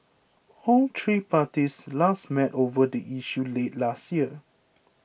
all three parties last met over the issue late last year